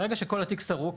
ברגע שכל התיק סרוק,